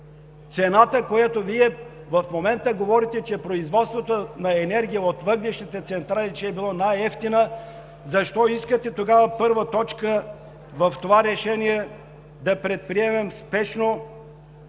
зелена енергия. В момента говорите, че производството на енергия от въглищните централи било най-евтино. Защо искате тогава в първа точка на това решение да предприемем спешно